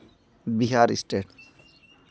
Bihar state